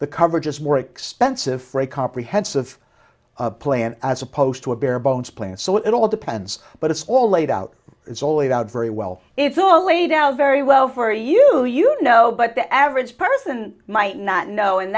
the coverage is more expensive for a comprehensive plan as opposed to a bare bones plan so it all depends but it's all laid out it's all laid out very well it's all laid out very well for you you know but the average person might not know and